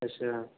अच्छा